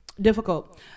Difficult